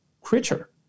creature